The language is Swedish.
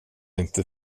inte